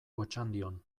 otxandion